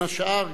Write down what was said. בין השאר,